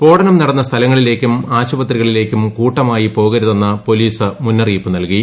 സ്ഫോടനം നടന്ന സ്ഥലങ്ങളിലേക്കും ആശുപത്രികളിലേക്കും കൂട്ടമായി പോകരുതെന്ന് പോലീസ് മുന്നറിയിപ്പ് നൽകി